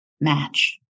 match